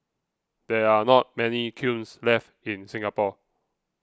there are not many kilns left in Singapore